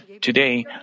Today